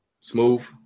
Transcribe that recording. Smooth